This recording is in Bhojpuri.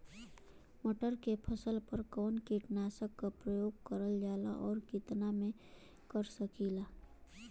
मटर के फसल पर कवन कीटनाशक क प्रयोग करल जाला और कितना में कर सकीला?